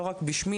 לא רק בשמי,